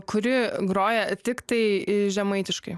kuri groja tiktai žemaitiškai